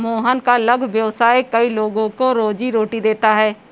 मोहन का लघु व्यवसाय कई लोगों को रोजीरोटी देता है